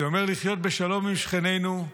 זה אומר לחיות בשלום עם שכנינו,